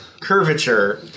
curvature